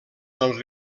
del